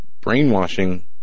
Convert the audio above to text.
brainwashing